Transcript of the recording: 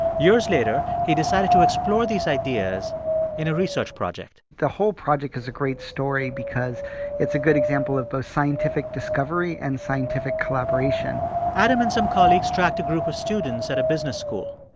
years later, he decided to explore these ideas in a research project the whole project is a great story because it's a good example of both scientific discovery and scientific collaboration adam and some colleagues tracked a group of students at a business school.